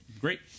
great